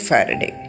Faraday